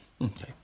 Okay